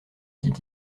dit